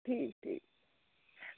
ठीक ठीक